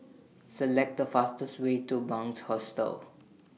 Select The fastest Way to Bunc Hostel